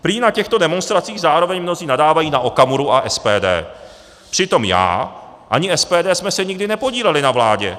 Prý na těchto demonstracích zároveň mnozí nadávají na Okamuru a SPD, přitom já ani SPD jsme se nikdy nepodíleli na vládě.